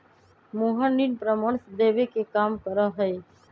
मोहन ऋण परामर्श देवे के काम करा हई